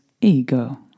ego